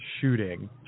shooting